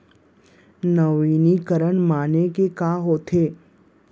नवीनीकरण माने का होथे?